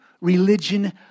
religion